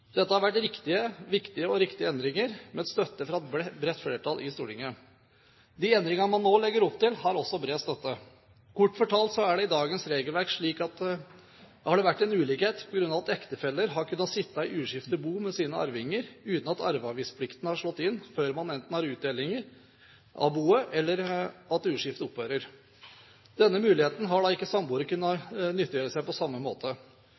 Dette har vært viktige og riktige endringer med støtte fra et bredt flertall i Stortinget. De endringene man nå legger opp til, har også bred støtte. Kort fortalt har det i dagens regelverk vært en ulikhet på grunn av at ektefeller har kunnet sitte i uskiftet bo med sine arvinger uten at arveavgiftsplikten har slått inn før man enten har utdelinger fra boet eller at uskiftet opphører. Denne muligheten har ikke samboere kunnet nyttiggjøre seg på samme måte.